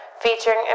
featuring